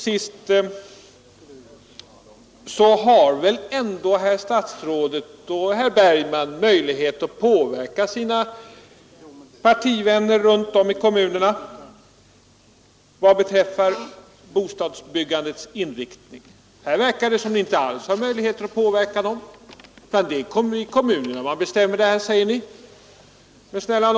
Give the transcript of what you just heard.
Statsrådet Holmqvist och herr Bergman har väl ändå möjlighet att påverka sina partivänner ute i kommunerna vad beträffar bostadsbyggandets inriktning. Här säger ni att det är kommunerna själva som bestämmer och att ni alltså inte skulle ha några möjligheter att påverka dessa.